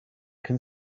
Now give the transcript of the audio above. can